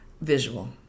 visual